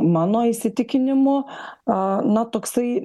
mano įsitikinimu na toksai